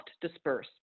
disperse